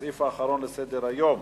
בעד,